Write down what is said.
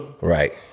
right